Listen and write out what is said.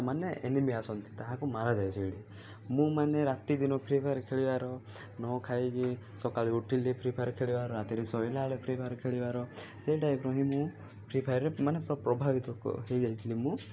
ମାନେ ଏନିମି ଆସନ୍ତି ତାହାକୁ ମରାଯାଏ ସେଇଠି ମୁଁ ମାନେ ରାତି ଦିନ ଫ୍ରି ଫାୟାର୍ ଖେଳିବାର ନ ଖାଇକି ସକାଳୁ ଉଠିଲେ ଫ୍ରି ଫାୟାର୍ ଖେଳିବାର ରାତିରେ ଶୋଇଲା ବେଳେ ଫ୍ରି ଫାୟାର୍ ଖେଳିବାର ସେଇ ଟାଇପ୍ରୁ ହିଁ ମୁଁ ଫ୍ରି ଫାୟାର୍ରେ ମାନେ ପୁରା ପ୍ରଭାବିତ ହେଇଯାଇଥିଲି ମୁଁ